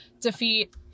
defeat